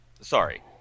Sorry